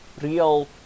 real